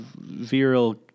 Viral